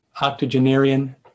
octogenarian